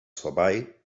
vorbei